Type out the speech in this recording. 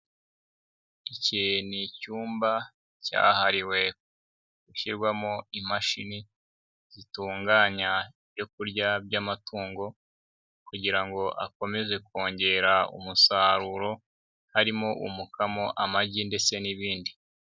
Iki ni icyumba cyahariwe gushyirwamo imashini zitunganya ibyo kurya by'amatungo kugira ngo akomeze kongera umusaruro, harimo umukamo, amagi ndetse n'ibindi.